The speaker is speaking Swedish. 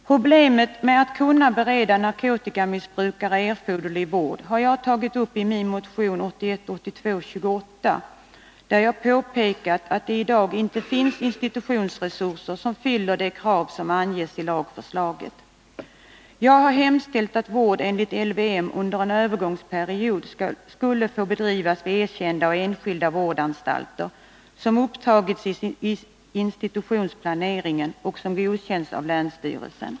Problemet med att kunna bereda narkotikamissbrukare erforderlig vård har jag tagit upp i min motion 1981/82:28, där jag påpekat att det i dag inte finns institutionsresurser, som fyller de krav som anges i lagförslaget. Jag har hemställt att vård enligt LVM under en övergångsperiod skall få bedrivas vid erkända och enskilda vårdanstalter som upptagits i institutionsplaneringen och som godkänts av länsstyrelsen.